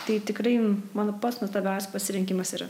tai tikrai mano pats nuostabiausias pasirinkimas yra